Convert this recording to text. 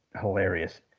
hilarious